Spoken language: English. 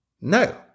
No